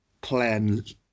plans